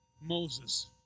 Moses